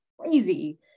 crazy